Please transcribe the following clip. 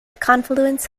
confluence